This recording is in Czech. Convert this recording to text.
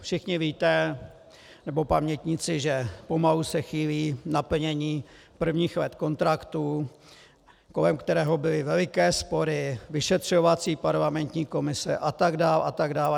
Všichni víte, nebo pamětníci, že pomalu se chýlí naplnění prvních let kontraktu, kolem kterého byly veliké spory, vyšetřovací parlamentní komise atd. atd.